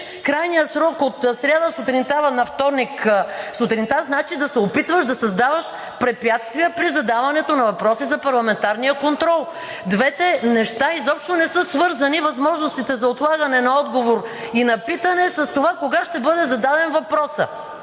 крайния срок от сряда сутринта на вторник сутринта значи да се опитваш да създаваш препятствия при задаването на въпроси за парламентарния контрол. Двете неща изобщо не са свързани – възможностите за отлагане на отговор и на питане, с това кога ще бъде зададен въпросът.